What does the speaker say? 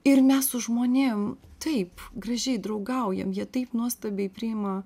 ir mes su žmonėm taip gražiai draugaujam jie taip nuostabiai priima